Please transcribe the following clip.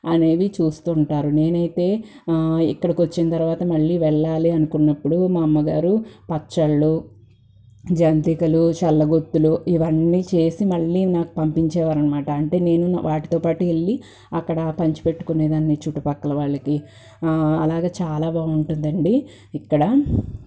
అనేవి చూస్తుంటారు నేనైతే ఇక్కడకొచ్చిన తరువాత మళ్ళీ వెళ్ళాలి అనుకున్నప్పుడు మా అమ్మగారు పచ్చడ్లు జంతికలు చల్లగొప్పిలు ఇవన్నీ చేసి మళ్ళీ నాకు పంపించేవారనమాట అంటే నేనూ వాటితో పాటు వెళ్ళీ అక్కడ పంచిపెట్టుకొనేదాన్ని చుట్టుపక్కల వాళ్లకి అలాగ చాలా బాగుంటుందండి ఇక్కడ